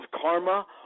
karma